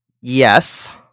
Yes